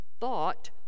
thought